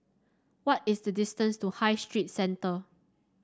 what is the distance to High Street Centre